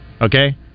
Okay